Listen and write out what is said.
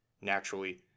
naturally